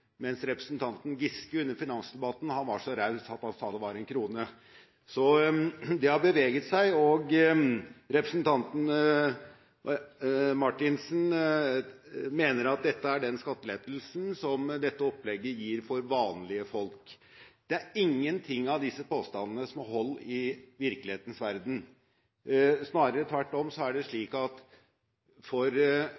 mens representanten Giske under finansdebatten var så raus at han sa det var en krone. Så det har beveget seg. Representanten Marthinsen mener at dette er den skattelettelsen dette opplegget gir for vanlige folk. Det er ingenting i disse påstandene som har hold i virkelighetens verden. Snarere tvert om er det